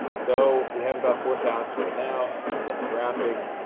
so, we have about four thousand right now. demographics.